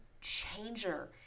changer